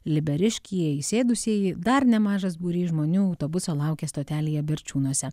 liberiškyje įsėdusieji dar nemažas būrys žmonių autobuso laukia stotelėje berčiūnuose